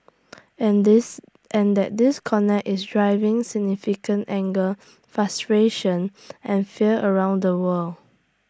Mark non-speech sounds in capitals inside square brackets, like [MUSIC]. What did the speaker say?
and this and that disconnect is driving significant anger [NOISE] frustration [NOISE] and fear around the world